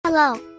Hello